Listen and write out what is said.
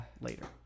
later